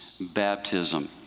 baptism